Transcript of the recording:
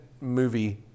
movie